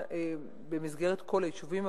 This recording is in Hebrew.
במסגרת כל היישובים,